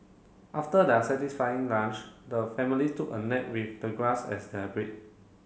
after their satisfying lunch the family took a nap with the grass as their bed